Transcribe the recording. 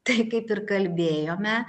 taip kaip ir kalbėjome